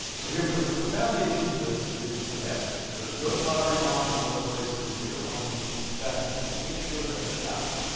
so, here we go the foundation for this is a basket so you go to pottery barn or one of those places and you pick up one of these baskets make sure that it's shallow.